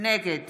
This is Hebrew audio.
נגד